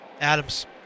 Adams